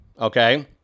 okay